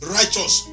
righteous